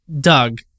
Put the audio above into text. Doug